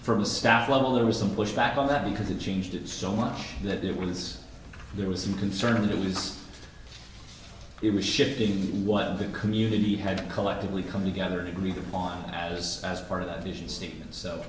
from a staff level there was some pushback on that because it changed it so much that it was there was some concern of these it was shifting what the community had collectively come together and really on as as part of that vision statement so